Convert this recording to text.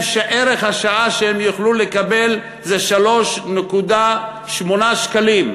שערך השעה שהם יוכלו לקבל זה 3.8 שקלים,